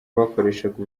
bakoreshaga